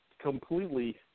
completely